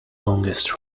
longest